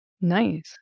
nice